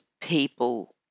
people